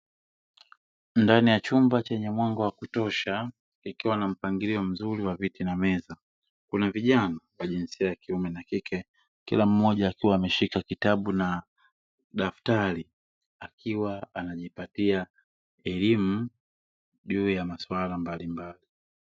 Ndani ya chumba chenye mwanga wa kutosha, kikiwa na mpangilio mzuri wa viti na meza, kuna vijana wa jinsia ya kiume na ya kike, kila mmoja akiwa ameshika kitabu pamoja na daftari, akiwa anajipatia elimu juu ya maswala mbalimbali.